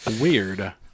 Weird